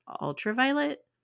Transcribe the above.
ultraviolet